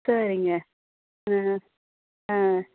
சரிங்க ஆ ஆ